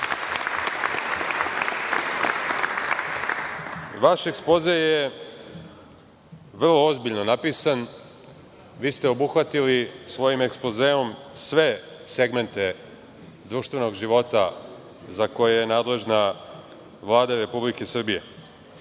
ekspoze je vrlo ozbiljno napisan. Vi ste obuhvatili, svojim ekspozeom, sve segmente društvenog života za koje je nadležna Vlada Republike Srbije.